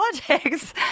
politics